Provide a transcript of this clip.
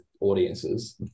audiences